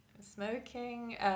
smoking